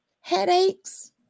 headaches